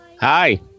Hi